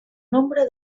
nombre